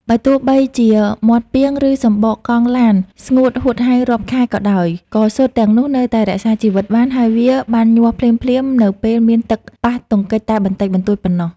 បើទោះបីជាមាត់ពាង ឬសំបកកង់ឡានស្ងួតហួតហែងរាប់ខែក៏ដោយ ក៏ស៊ុតទាំងនោះនៅតែរក្សាជីវិតបាន ហើយវានឹងញាស់ភ្លាមៗនៅពេលមានទឹកប៉ះទង្គិចតែបន្តិចបន្តួចប៉ុណ្ណោះ។